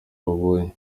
babonye